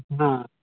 हँ